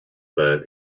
that